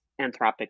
Anthropic